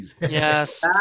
Yes